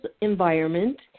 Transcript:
environment